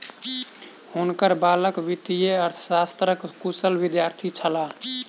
हुनकर बालक वित्तीय अर्थशास्त्रक कुशल विद्यार्थी छलाह